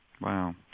Wow